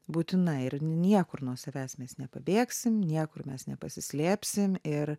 būtina ir niekur nuo savęs mes nepabėgsim niekur mes nepasislėpsim ir